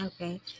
Okay